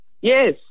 Yes